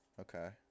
Okay